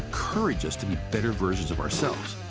encourage us to be better versions of ourselves.